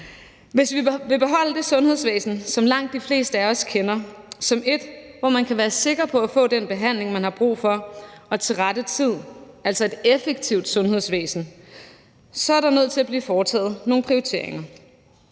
Hvis vi vil beholde det sundhedsvæsen, som langt de fleste af os kender som et, hvor man kan være sikker på at få den behandling, man har brug for og til rette tid, altså et effektivt sundhedsvæsen, så er der nødt til at blive foretaget nogle prioriteringer.